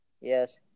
Yes